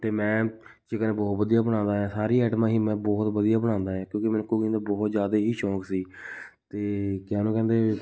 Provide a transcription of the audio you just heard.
ਅਤੇ ਮੈਂ ਚਿਕਨ ਬਹੁਤ ਵਧੀਆ ਬਣਾਉਂਦਾ ਹਾਂ ਸਾਰੀਆਂ ਆਈਟਮਾਂ ਹੀ ਮੈਂ ਬਹੁਤ ਵਧੀਆ ਬਣਾਉਂਦਾ ਹੈ ਕਿਉਂਕਿ ਮੈਨੂੰ ਕੁਕਿੰਗ ਦਾ ਬਹੁਤ ਜ਼ਿਆਦਾ ਹੀ ਸ਼ੌਂਕ ਸੀ ਅਤੇ ਕਿਆ ਉਹਨੂੰ ਕਹਿੰਦੇ